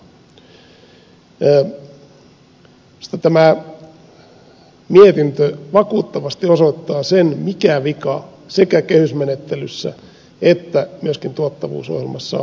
minusta tämä mietintö vakuuttavasti osoittaa sen mikä vika sekä kehysmenettelyssä että myöskin tuottavuusohjelmassa on